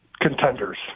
contenders